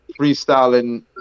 freestyling